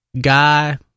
guy